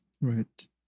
Right